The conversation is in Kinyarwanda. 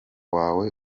wawe